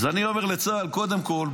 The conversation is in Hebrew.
אז אני אומר לצה"ל: קודם כול,